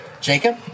Jacob